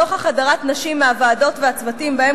נוכח הדרת נשים מהוועדות והצוותים שבהם